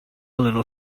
little